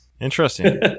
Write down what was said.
Interesting